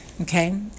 Okay